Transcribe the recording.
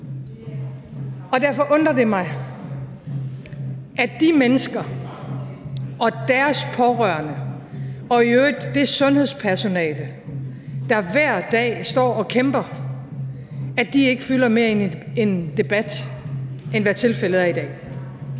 Og derfor undrer det mig, at de mennesker og deres pårørende og i øvrigt det sundhedspersonale, der hver dag står og kæmper, ikke fylder mere i en debat, end hvad tilfældet er i dag.